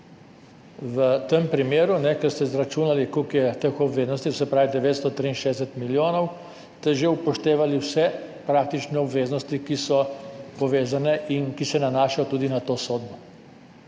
V tem primeru, ker ste izračunali, koliko je teh obveznosti, se pravi 963 milijonov, ste že upoštevali praktično vse obveznosti, ki so povezane in ki se nanašajo tudi na to sodbo